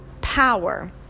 power